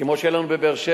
כמו שהיה לנו בבאר-שבע,